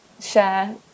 share